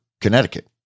Connecticut